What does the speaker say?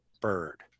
bird